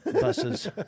buses